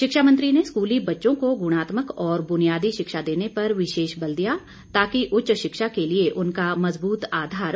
शिक्षा मंत्री ने स्कूली बच्चों को गुणात्मक बुनियादी शिक्षा देने पर विशेष बल दिया ताकि उच्च शिक्षा के लिए उनका मजबूत आधार बन सके